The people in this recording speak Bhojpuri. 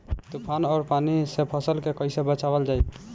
तुफान और पानी से फसल के कईसे बचावल जाला?